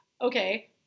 Okay